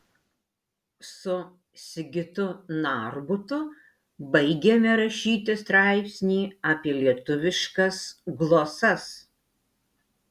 su sigitu narbutu baigėme rašyti straipsnį apie lietuviškas glosas